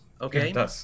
okay